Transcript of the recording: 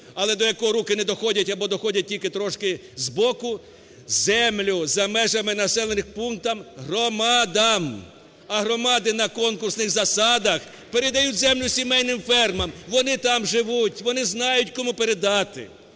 але до якого руки не доходять або доходять тільки трошки збоку: землю за межами населених пунктів громадам! А громади на конкурсних засадах передають землю сімейним фермам, вони там живуть, вони знають кому передати.